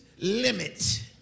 limit